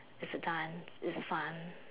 it's a dance it's fun